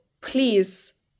please